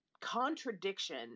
contradiction